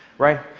right?